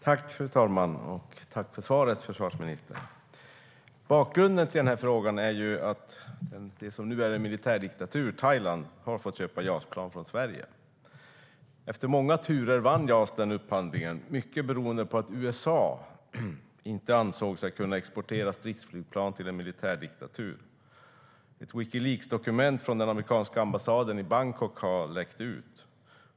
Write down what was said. Fru talman! Jag får tacka försvarsministern för svaret. Bakgrunden till frågan är att det som nu är en militärdiktatur, Thailand, har fått köpa JAS-plan från Sverige. Efter många turer vann JAS upphandlingen, mycket beroende på att USA inte ansåg sig kunna exportera stridsflygplan till en militärdiktatur. Ett Wikileaksdokument från den amerikanska ambassaden i Bangkok har läckt ut.